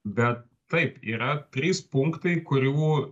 bet taip yra trys punktai kurių